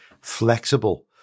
flexible